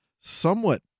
somewhat